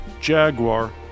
Jaguar